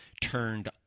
turned